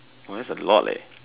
oh that's a lot eh